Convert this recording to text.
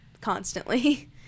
constantly